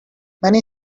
many